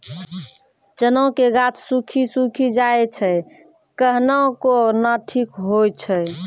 चना के गाछ सुखी सुखी जाए छै कहना को ना ठीक हो छै?